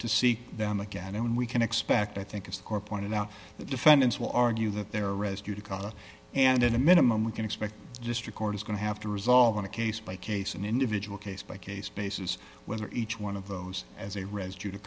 to see them again and we can expect i think a score pointed out the defendants will argue that they were rescued a collar and in a minimum we can expect just record is going to have to resolve on a case by case an individual case by case basis whether each one of those as a residue to